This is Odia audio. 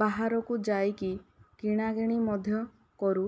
ବାହାରକୁ ଯାଇକି କିଣାକିଣି ମଧ୍ୟ କରୁ